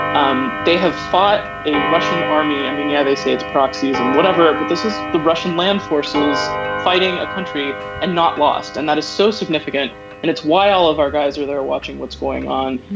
um they have fought a russian army. i mean yeah they say it's proxies and whatever but this is the russian land forces fighting a country and not lost. and that is so significant and it's why all of our guys are there watching what's going on.